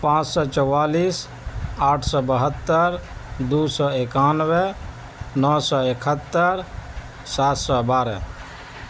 پانچ سو چوالیس آٹھ سو بہتّر دو سو اکانوے نو سو اکہتّر سات سو بارہ